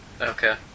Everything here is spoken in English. Okay